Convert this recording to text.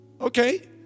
Okay